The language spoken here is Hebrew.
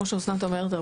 כמו שאסנת אומרת,